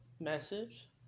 message